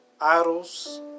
idols